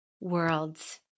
worlds